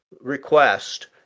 request